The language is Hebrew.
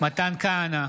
מתן כהנא,